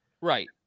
Right